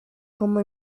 como